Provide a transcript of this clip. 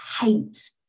hate